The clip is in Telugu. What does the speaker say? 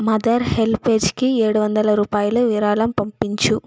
మదర్ హెల్ప్ఏజ్కి ఏడు వందల రూపాయలు విరాళం పంపించు